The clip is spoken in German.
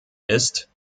ist